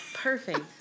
Perfect